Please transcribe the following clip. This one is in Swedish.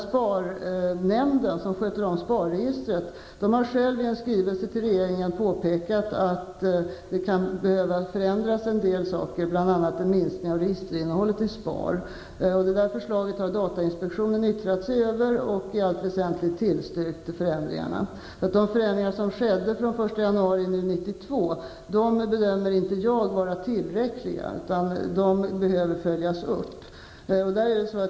SPAR-nämnden, som sköter om SPAR-registret, har i en skrivelse till regeringen påpekat att man kan behöva förändra en del saker, bl.a. minska registerinnehållet i SPAR. Detta förslag har datainspektionen yttrat sig över och i allt väsentligt tillstyrkt förändringarna. De förändringar som skedde den 1 januari 1992 bedömer jag inte vara tillräckliga, utan de behöver följas upp.